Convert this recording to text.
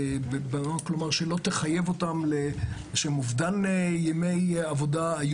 וזה לא יגרום להם לאובדן ימי עבודה.